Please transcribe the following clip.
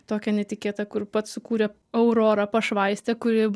tokią netikėtą kur pats sukūrė aurorą pašvaistė kuri